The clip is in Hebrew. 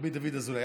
רבי דוד אזולאי,